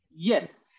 Yes